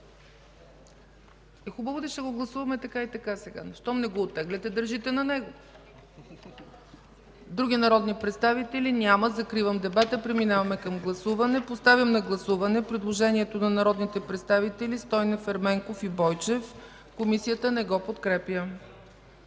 Хубаво, ще го гласуваме, щом не го оттегляте и държите на него. Други народни представители? Няма. Закривам дебата. Преминаваме към гласуване. Поставям на гласуване предложението на народните представители Стойнев, Ерменков и Бойчев, което Комисията не подкрепя.